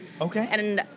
Okay